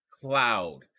Cloud